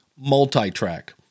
multi-track